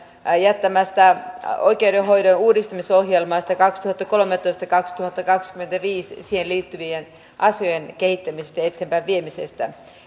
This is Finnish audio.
jättämästä oikeudenhoidon uudistamisohjelmasta kaksituhattakolmetoista viiva kaksituhattakaksikymmentäviisi siihen liittyvien asioiden kehittämisestä ja eteenpäinviemisestä